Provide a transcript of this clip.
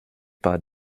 par